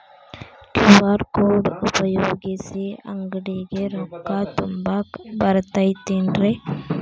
QR code ಉಪಯೋಗಿಸಿ, ಅಂಗಡಿಗೆ ರೊಕ್ಕಾ ತುಂಬಾಕ್ ಬರತೈತೇನ್ರೇ?